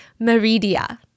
Meridia